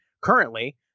currently